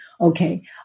Okay